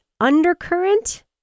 Undercurrent